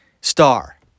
star